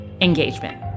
engagement